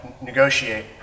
negotiate